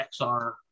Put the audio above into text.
XR